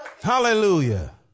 hallelujah